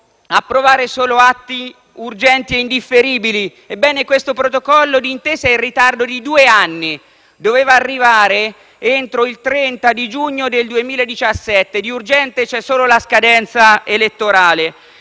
approvare solo atti urgenti e indifferibili. Ebbene, questo protocollo d'intesa è in ritardo di due anni: doveva arrivare entro il 30 giugno del 2017. Di urgente c'è solo la scadenza elettorale.